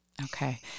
Okay